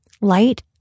light